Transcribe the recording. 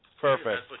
perfect